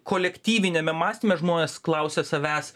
kolektyviniame mąstyme žmonės klausia savęs